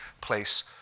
place